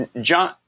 John